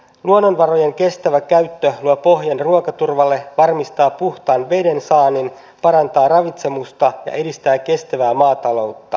luonnonvarojen kestävä käyttö luo pohjan ruokaturvalle varmistaa puhtaan veden saannin parantaa ravitsemusta ja edistää kestävää maataloutta